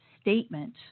statement